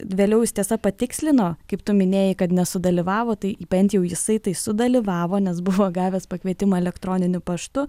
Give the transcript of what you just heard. vėliau jis tiesa patikslino kaip tu minėjai kad nesudalyvavo tai bent jau jisai tai sudalyvavo nes buvo gavęs pakvietimą elektroniniu paštu